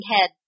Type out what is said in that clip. head